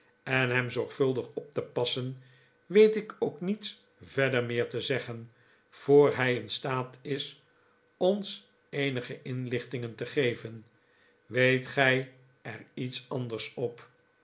en hem zorgvuldig op te passen weet ik ook niets verder meer te zeggen voor hij in staat is ons eenige inlichtingen te geven weet gij er iets anders op